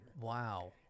Wow